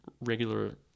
regular